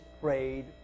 prayed